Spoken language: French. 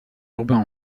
urbain